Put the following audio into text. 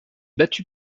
battu